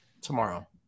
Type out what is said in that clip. tomorrow